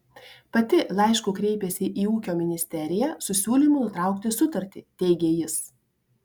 pati laišku kreipėsi į ūkio ministeriją su siūlymu nutraukti sutartį teigė jis